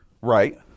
Right